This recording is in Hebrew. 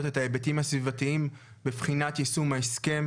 את ההיבטים הסביבתיים בבחינת יישום ההסכם.